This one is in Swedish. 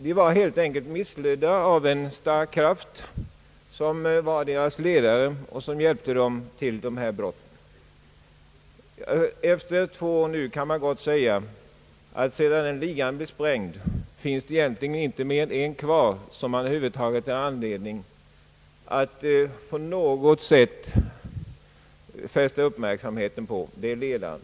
De var helt enkelt missledda av den person som var deras ledare och som fick dem att begå dessa brott. Nu är det ett par år sedan den ligan blev sprängd, och det kan gott sägas att det egentligen inte finns mer än en kvar som det är anledning att fästa uppmärksamheten på, och det är ledaren.